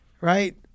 Right